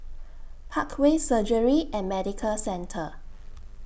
Parkway Surgery and Medical Centre